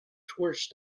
tourist